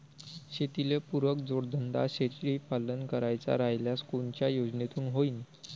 शेतीले पुरक जोडधंदा शेळीपालन करायचा राह्यल्यास कोनच्या योजनेतून होईन?